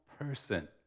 person